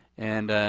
and,